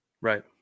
Right